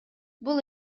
бул